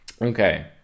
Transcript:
Okay